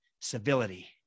Civility